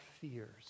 fears